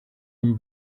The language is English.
him